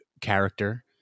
character